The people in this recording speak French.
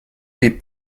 les